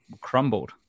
crumbled